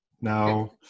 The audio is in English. Now